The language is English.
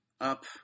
up